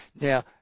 now